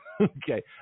Okay